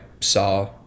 saw